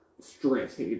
stress